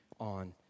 on